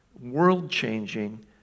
world-changing